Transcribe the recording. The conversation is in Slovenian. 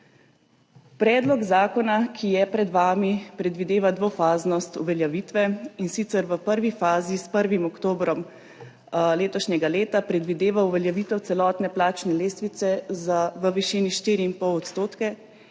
Predlog zakona, ki je pred vami, predvideva dvofaznost uveljavitve, in sicer v prvi fazi s 1. oktobrom letošnjega leta predvideva uveljavitev celotne plačne lestvice v višini 4,5 %.